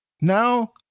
Now